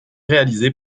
réalisé